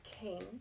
king